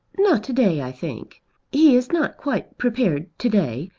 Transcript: not to-day, i think. he is not quite prepared to-day.